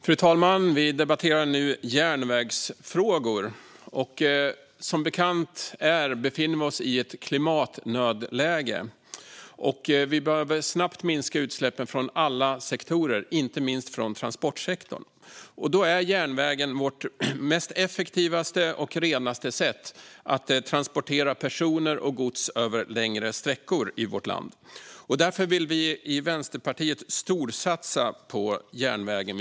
Fru talman! Vi debatterar nu järnvägsfrågor. Som bekant befinner vi oss i ett klimatnödläge. Vi behöver snabbt minska utsläppen från alla sektorer, inte minst från transportsektorn. Järnvägen är vårt effektivaste och renaste sätt att transportera personer och gods längre sträckor i vårt land. Därför vill Vänsterpartiet storsatsa på järnvägen.